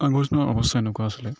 আগৰ দিনৰ অৱস্থা এনেকুৱা আছিলে